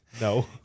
No